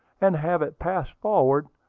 and have it pass forward,